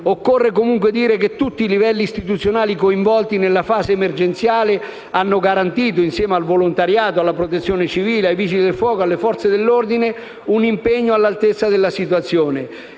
Occorre comunque dire che tutti i livelli istituzionali coinvolti nella fase emergenziale hanno garantito, insieme al volontariato, alla Protezione civile, ai Vigili del fuoco e alle Forze dell'ordine, un impegno all' altezza della situazione.